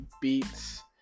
beats